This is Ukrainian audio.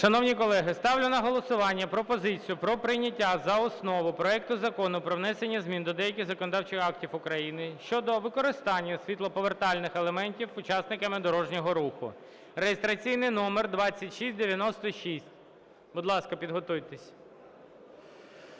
Шановні колеги, ставлю на голосування пропозицію про прийняття за основу проекту Закону про внесення змін до деяких законодавчих актів України щодо використання світлоповертальних елементів учасниками дорожнього руху (реєстраційний номер 2696). Будь ласка, підготуйтеся.